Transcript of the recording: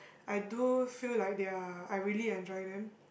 I do feel like they are I really enjoy them